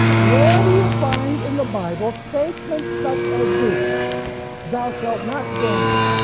where do you find in the bible statements such as these thou shalt not gamble,